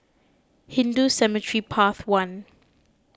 Hindu Cemetery Path one